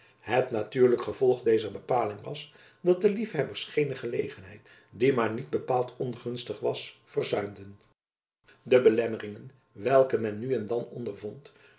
het natuurlijk gevolg dezer bepaling was dat de liefhebbers geene gelegenheid die maar niet bepaald ongunstig was verzuimden de belemmeringen welke men nu en dan ondervond